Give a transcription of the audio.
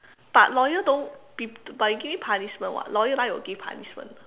but lawyer don't be but you give punishment what lawyer 来由 give punishment